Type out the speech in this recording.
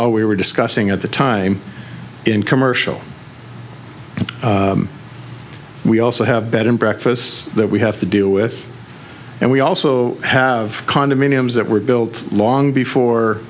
all we were discussing at the time in commercial we also have bed and breakfasts that we have to deal with and we also have condominiums that were built long